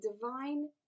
divine